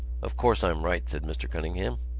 of course i'm right, said mr. cunningham.